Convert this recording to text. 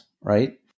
right